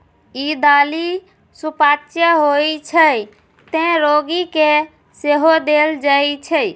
ई दालि सुपाच्य होइ छै, तें रोगी कें सेहो देल जाइ छै